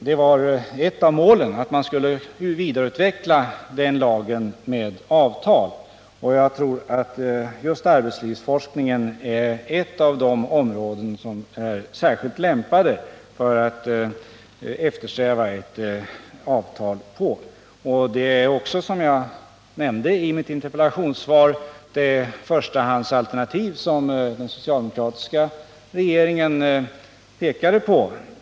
Det var ett av målen att man skulle vidareutveckla den lagen med avtal, och jag tror att arbetslivsforskningen är ett av de områden som är särskilt lämpade att eftersträva ett avtal på. Det är också, som jag nämnde i mitt interpellationssvar, det förstahandsalternativ som den socialdemokratiska regeringen pekade på.